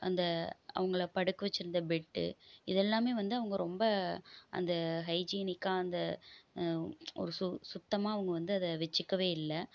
அந்த அவங்கள படுக்க வச்சிருந்த பெட்டு இது எல்லாமே வந்து அவங்க ரொம்ப அந்த ஹைஜீனிக்காக அந்த ஒரு சு சுத்தமாக அவங்க வந்து அதை வச்சிக்கவே இல்லை